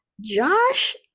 Josh